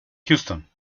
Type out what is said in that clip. houston